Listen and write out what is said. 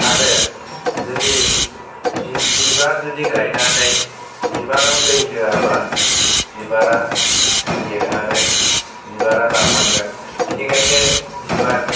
आरो जुदि बिब बिबार जुदि गायनानै बिबाराव दै होयाबा बिबारा थैयो आरो बिबारा रानलांगोन बेनिखायनो बिबार